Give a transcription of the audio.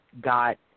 got